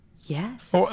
Yes